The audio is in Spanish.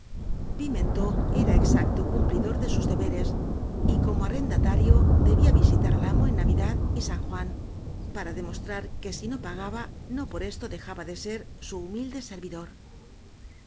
pimentó era exacto cumplidor de sus deberes y como arrendatario debía visitar al amo en navidad y san juan para demostrar que si no pagaba no por esto dejaba de ser su humilde servidor